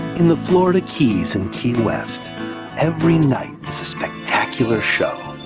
in the florida keys and key west every night is a spectacular show,